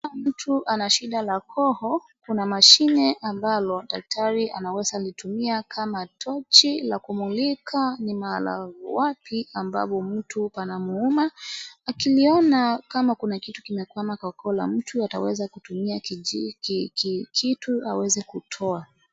Kama mtu ana shida la koo, kuna mashini ambalo daktari anaweza litumia kama, tochi la kumulika ni mahali wapi ambalo mtu panamuuma. Akiliona kama kuna kitu limekwama kwa koo la mtu, ataweza kutumia kijiti aweze kutoa.